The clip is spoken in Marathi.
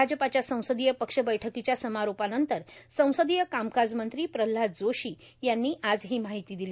भाजपाच्या संसदीय पक्ष बैठकीच्या समारोपानंतर संसदीय कामकाज मंत्री प्रल्हाद जोशी यांनी आज ही माहिती दिली